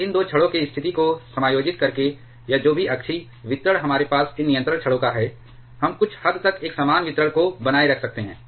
और इन दो छड़ों की स्थिति को समायोजित करके या जो भी अक्षीय वितरण हमारे पास इन नियंत्रण छड़ों का है हम कुछ हद तक एक समान वितरण को बनाए रख सकते हैं